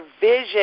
vision